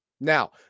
now